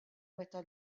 meta